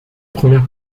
première